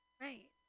right